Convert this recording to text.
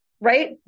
right